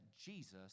jesus